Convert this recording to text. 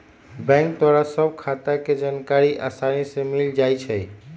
bank द्वारा सभ खता के जानकारी असानी से मिल जाइ छइ